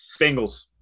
Bengals